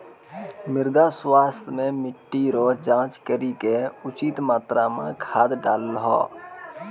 मृदा स्वास्थ्य मे मिट्टी रो जाँच करी के उचित मात्रा मे खाद डालहो